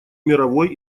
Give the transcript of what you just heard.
мировой